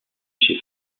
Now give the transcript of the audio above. chez